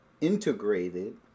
integrated